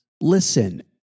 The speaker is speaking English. Listen